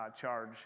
charge